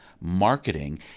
marketing